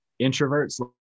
introverts